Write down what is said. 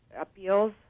appeals